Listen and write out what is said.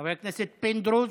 חבר הכנסת פינדרוס,